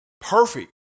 Perfect